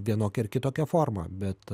vienokia ar kitokia forma bet